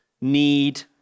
need